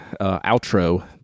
outro